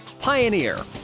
Pioneer